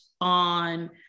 on